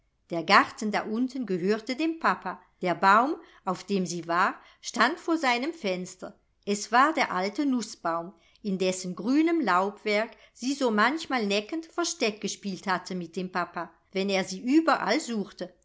der garten da unten gehörte dem papa der baum auf dem sie war stand vor seinem fenster es war der alte nußbaum in dessen grünem laubwerk sie so manchmal neckend versteck gespielt hatte mit dem papa wenn er sie überall suchte